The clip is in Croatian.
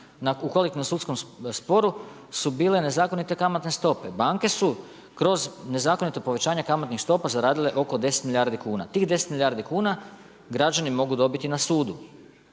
u kolektivnom sudskom sporu su bile nezakonite kamatne stope. Banke su kroz nezakonito povećanje kamatnih stopa zaradile oko 10 milijardi kuna. Tih 10 milijardi kuna građani mogu dobiti na sudu